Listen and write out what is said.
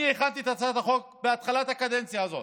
אני הכנתי את הצעת החוק בתחילת הקדנציה הזאת.